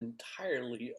entirely